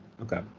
Okay